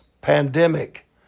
pandemic